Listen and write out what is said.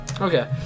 okay